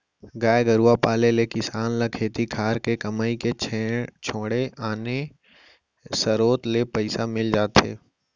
गाय गरूवा पाले ले किसान ल खेती खार के कमई के छोड़े आने सरोत ले पइसा मिल जाथे